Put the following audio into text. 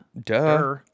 Duh